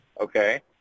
Okay